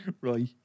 right